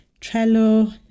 Trello